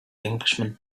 englishman